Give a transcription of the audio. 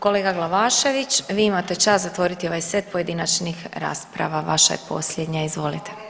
Kolega Glavašević, vi imate čast zatvoriti ovaj set pojedinačnih rasprava, vaša je posljednja, izvolite.